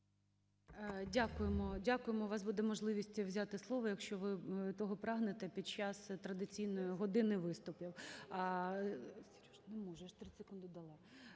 Дякуємо. Дякуємо. У вас буде можливість взяти слово, якщо ви того прагнете, під час традиційного години виступів.